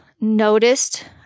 noticed